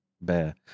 bear